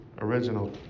original